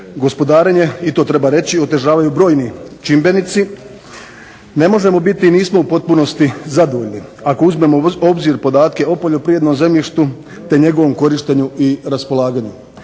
gospodarenje, i to treba reći, održavaju brojni čimbenici. Ne možemo biti i nismo u potpunosti zadovoljni, ako uzmemo u obzir podatke o poljoprivrednom zemljištu te njegovom korištenju i raspolaganju.